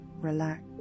relax